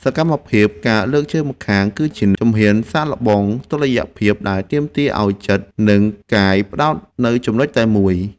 សកម្មភាព ការលើកជើងម្ខាង គឺជាជំហានសាកល្បងតុល្យភាព ដែលទាមទារឱ្យចិត្ត និងកាយផ្ដោតនៅចំណុចតែមួយ។